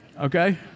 Okay